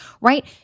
right